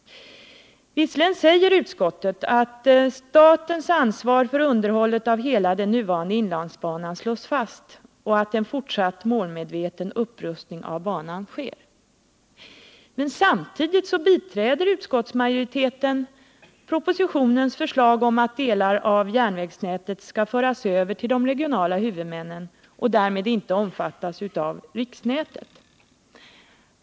Visserligen säger utskottet att statens ansvar för underhållet av hela den nuvarande inlandsbanan slås fast och att en fortsatt målmedveten upprustning av banan sker, men samtidigt biträder utskottsmajoriteten propositionens förslag om att delar av järnvägsnätet skall föras över till de regionala huvudmännen och därmed inte omfattas av riksnätet.